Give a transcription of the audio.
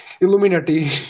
Illuminati